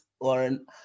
Lauren